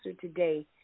today